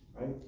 Right